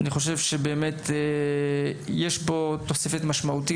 אני באמת חושב שיש פה תוספת משמעותית.